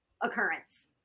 occurrence